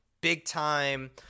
big-time